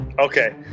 Okay